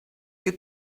you